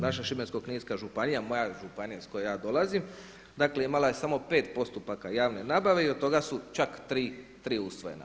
Naša Šibensko-kninska županija, moja županija iz koje ja dolazim, imala je samo pet postupaka javne nabave i od toga su čak tri usvojena.